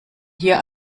hier